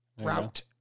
Route